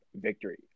victory